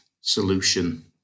solution